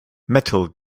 metal